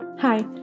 Hi